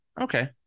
Okay